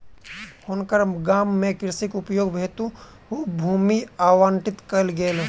हुनकर गाम में कृषि उपयोग हेतु भूमि आवंटित कयल गेल